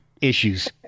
issues